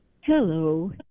Hello